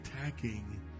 attacking